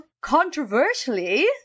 controversially